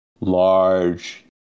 large